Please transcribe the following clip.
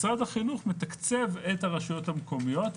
משרד החינוך מתקצב את הרשויות המקומיות,